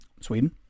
Sweden